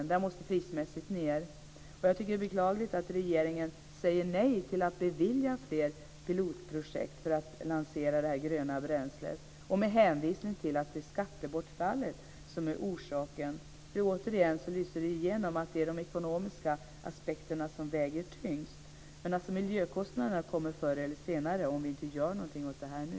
Priset måste ned. Jag tycker att det är beklagligt att regeringen säger nej till att bevilja fler pilotprojekt för att lansera det gröna bränslet med hänvisning till skattebortfallet. Återigen lyser det igenom att det är de ekonomiska aspekterna som väger tyngst. Men miljökostnaderna kommer förr eller senare om vi inte gör något åt det här nu.